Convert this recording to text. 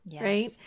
right